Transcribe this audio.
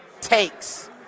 takes